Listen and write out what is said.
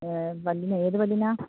പല്ലിന് ഏത് പല്ലിനാണ്